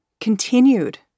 continued